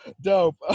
Dope